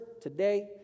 Today